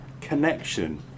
connection